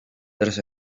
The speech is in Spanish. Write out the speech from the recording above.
tres